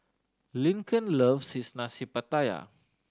Lincoln loves is Nasi Pattaya